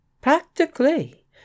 Practically